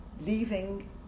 leaving